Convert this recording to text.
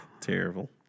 Terrible